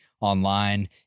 online